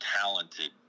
talented